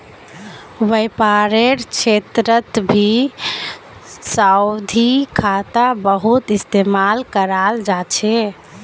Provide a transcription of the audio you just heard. व्यापारेर क्षेत्रतभी सावधि खाता बहुत इस्तेमाल कराल जा छे